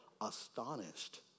astonished